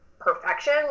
perfection